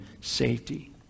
safety